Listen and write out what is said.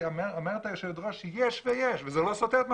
אומרת היושבת ראש שיש ויש וזה לא סותר את מה